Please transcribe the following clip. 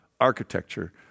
architecture